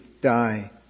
die